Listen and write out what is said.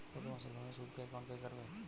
প্রতি মাসে লোনের সুদ কি একাউন্ট থেকে কাটবে?